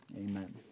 amen